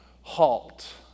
halt